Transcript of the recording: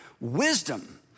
wisdom